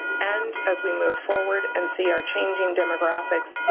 and as we move forward and see our changing demographics,